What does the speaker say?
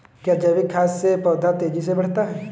क्या जैविक खाद से पौधा तेजी से बढ़ता है?